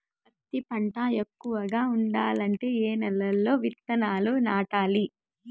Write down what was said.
పత్తి పంట ఎక్కువగా పండాలంటే ఏ నెల లో విత్తనాలు నాటాలి?